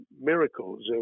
miracles